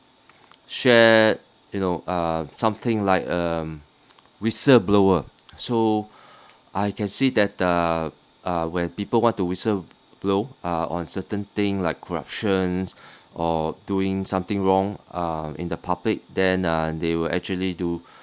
share you know uh something like um whistle blower so I can see that the uh when people want to whistle blow uh on certain thing like corruptions or doing something wrong uh in the public then uh they will actually do